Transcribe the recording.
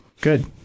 Good